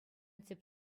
тӗп